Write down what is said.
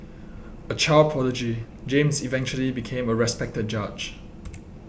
a child prodigy James eventually became a respected judge